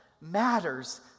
matters